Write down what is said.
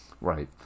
right